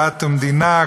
דת ומדינה,